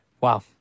Wow